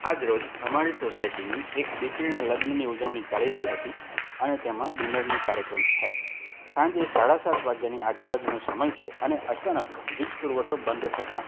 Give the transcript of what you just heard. આજ રોજ અમારી સોસાયટીની એક દીકરીના લગ્નની ઉજવણી ચાલી રહી હતી અને તેમાં ડિનરનો કાર્યક્રમ છે સાંજે સાડા સાત વાગ્યાની આજુબાજુનો સમય છે અને અચાનક વીજ પુરવઠો બંધ થતા